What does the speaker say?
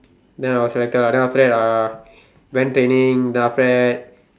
then I was selected lah then after that uh went training then after that